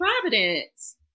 Providence